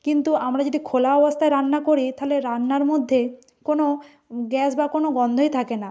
কিন্তু আমরা যদি খোলা অবস্থায় রান্না করি তাহলে রান্নার মধ্যে কোনো গ্যাস বা কোনো গন্ধই থাকে না